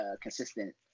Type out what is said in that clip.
consistent